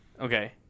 Okay